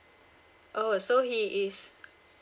oh so he is